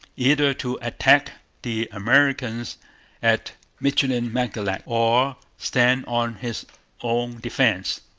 either to attack the americans at michilimackinac or stand on his own defence.